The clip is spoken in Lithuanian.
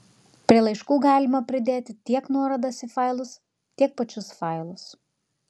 prie laiškų galima pridėti tiek nuorodas į failus tiek pačius failus